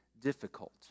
difficult